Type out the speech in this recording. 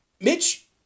Mitch